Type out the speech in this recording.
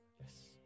Yes